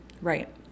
Right